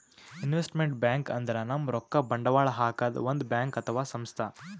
investment bank ಅಂದ್ರ ನಮ್ ರೊಕ್ಕಾ ಬಂಡವಾಳ್ ಹಾಕದ್ ಒಂದ್ ಬ್ಯಾಂಕ್ ಅಥವಾ ಸಂಸ್ಥಾ